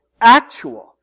actual